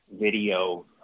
video